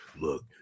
look